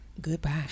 goodbye